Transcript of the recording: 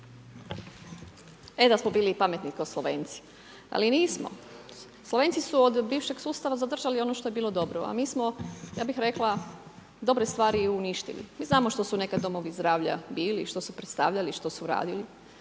E da smo bili pametni kao Slovenci, ali nismo. Slovenci su od bivšeg sustava zadržali ono što je bilo dobro, a mi smo, ja bih rekla, dobre stvari uništili. Mi znamo što su nekad domovi zdravlja bili, što su predstavljali, što su radili.